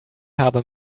habe